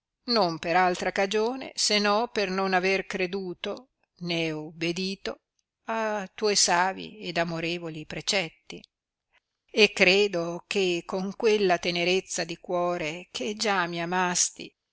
non per altra cagione se no per non aver creduto né ubedito a tuoi savi ed amorevoli precetti e credo che con quella tenerezza di cuore che già mi amasti